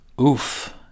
oof